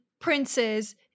princes